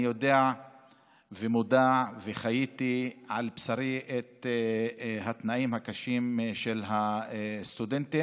אני יודע ומודע וחוויתי על בשרי את התנאים הקשים של הסטודנטים